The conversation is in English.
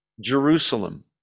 Jerusalem